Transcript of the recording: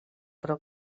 però